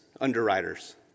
underwriters